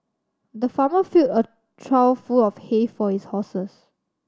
the farmer filled a trough full of hay for his horses